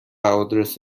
آدرس